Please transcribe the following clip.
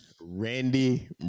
Randy